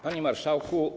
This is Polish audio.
Panie Marszałku!